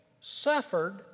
suffered